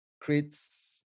creates